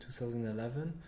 2011